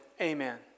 amen